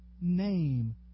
name